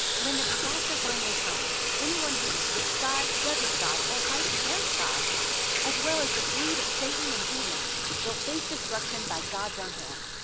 when the disaster finally comes, anyone who resists god, judges god, or fights against god as well as the brood of satan and demons will face destruction by god's own hand.